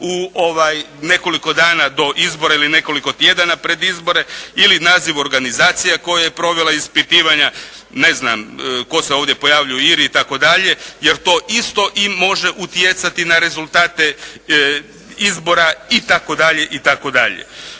u nekoliko dana do izbora ili nekoliko tjedana pred izbore ili naziv organizacija koje je provela ispitivanja. Ne znam, tko se ovdje pojavljuje …/Govornik se ne razumije./… itd., jer to isto i može utjecati na rezultate izbora itd. To što